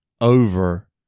Over